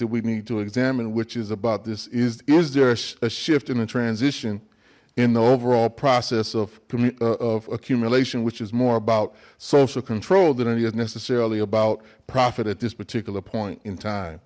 that we need to examine which is about this is is there a shift in the transition in the overall process of primitive accumulation which is more about social control than it is necessarily about profit at this particular point in time